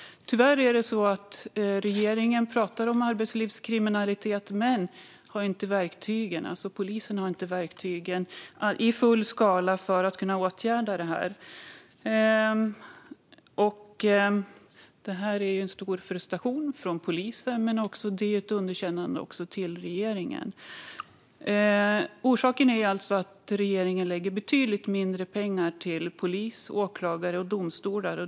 Tyvärr är det så att regeringen pratar om arbetslivskriminalitet, men polisen har inte verktygen i full skala för att kunna åtgärda detta. Detta leder till stor frustration hos polisen, men det är också ett underkännande av regeringen. Orsaken är alltså att regeringen lägger betydligt mindre pengar till polis, åklagare och domstolar.